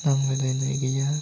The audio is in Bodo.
नांज्लायलायनाय गैया